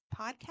podcast